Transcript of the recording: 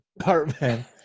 apartment